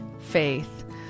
faith